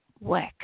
work